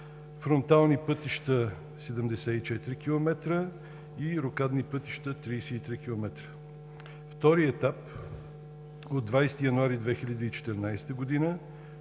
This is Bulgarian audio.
фронтални пътища – 74 км, и рокадни пътища – 33 км. Вторият етап е от 20 януари 2014 г.